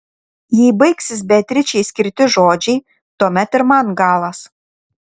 jei baigsis beatričei skirti žodžiai tuomet ir man galas